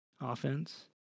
offense